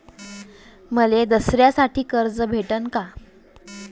मले दसऱ्यासाठी कर्ज भेटन का?